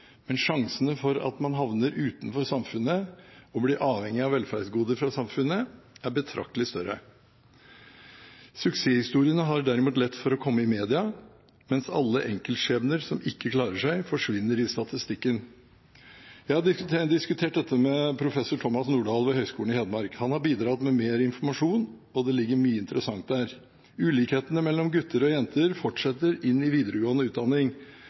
men sjansene for at man havner utenfor samfunnet og blir avhengig av velferdsgoder fra samfunnet, er betraktelig større. Suksesshistoriene har derimot lett for å komme i media, mens alle enkeltskjebner som ikke klarer seg, forsvinner i statistikken. Jeg har diskutert dette med professor Thomas Nordahl ved Høgskolen i Hedmark. Han har bidratt med mer informasjon, og det ligger mye interessant der. Ulikhetene mellom gutter og jenter fortsetter inn i videregående utdanning